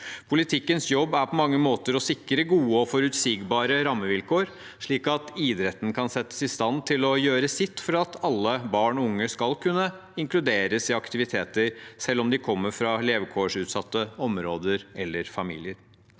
Politikkens jobb er på mange måter å sikre gode og forutsigbare rammevilkår, slik at idretten kan settes i stand til å gjøre sitt for at alle barn og unge skal kunne inkluderes i aktiviteter, selv om de kommer fra levekårsutsatte områder eller familier.